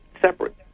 separate